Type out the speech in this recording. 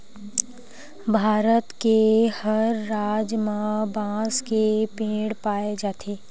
भारत के हर राज म बांस के पेड़ पाए जाथे